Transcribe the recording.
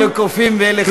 אלו קופים ואלה חזירים,